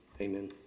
Amen